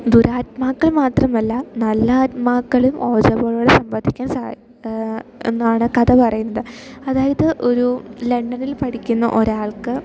ദുരാത്മാക്കൾ മാത്രമല്ല നല്ല ആത്മാക്കളും ഓജോ ബോർഡിനോട് സംവദിക്കാൻ എന്നാണ് കഥ പറയുന്നത് അതായത് ഒരു ലണ്ടനിൽ പഠിക്കുന്ന ഒരാൾക്ക്